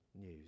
news